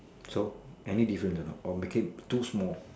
so any difference a not or make it too small